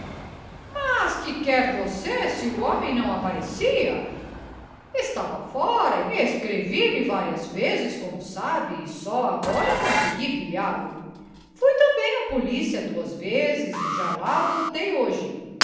mas que quer você se o homem não aparecia estava fora escrevi-lhe várias vezes como sabe e só agora consegui pilhá lo fui também à polícia duas vezes e já lá voltei hoje